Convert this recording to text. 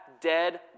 dead